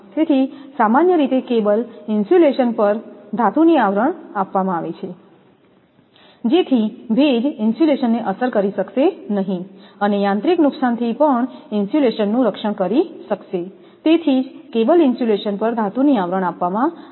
તેથી સામાન્ય રીતે કેબલ ઇન્સ્યુલેશન પર ધાતુની આવરણ આપવામાં આવે છે જેથી ભેજ ઇન્સ્યુલેશનને અસર કરી શકશે નહીં અને યાંત્રિક નુકસાનથી પણ ઇન્સ્યુલેશનનું રક્ષણ કરી શકશે તેથી જ કેબલ ઇન્સ્યુલેશન પર ધાતુની આવરણ આપવામાં આવે છે